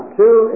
two